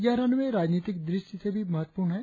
यह रनवे राजनीतिक दृष्टि से भी महत्वपूर्ण है